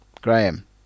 Graham